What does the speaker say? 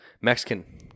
Mexican